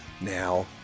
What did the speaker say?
now